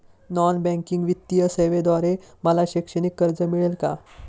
Non banking वित्तीय सेवेद्वारे मला शैक्षणिक कर्ज मिळेल का?